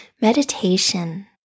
meditation